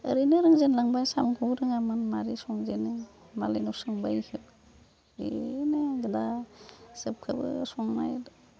ओरैनो रोंजेनलांबाय साम'खौबो रोङामोन माबोरै संजेनो मालायनाव सोंबाय बिखौ ओरैनो आं दा सोबखौबो संनाय